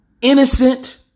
innocent